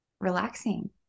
relaxing